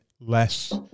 less